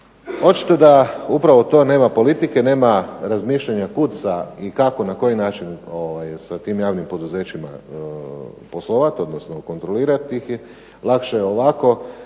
Očito da upravo to nema politike, nema razmišljanja kud, kako i na koji način sa tim javnim poduzećima poslovat, odnosno kontrolirat ih. Lakše je ovako